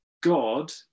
God